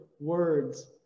words